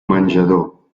menjador